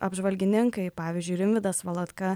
apžvalgininkai pavyzdžiui rimvydas valatka